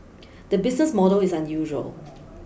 the business model is unusual